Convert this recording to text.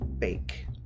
fake